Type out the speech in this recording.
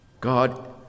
God